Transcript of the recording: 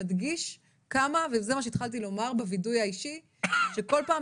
וזה שנים, וכולם